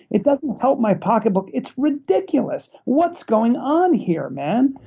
it doesn't help my pocketbook. it's ridiculous. what's going on here, man?